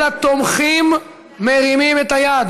כל התומכים מרימים את היד.